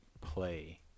play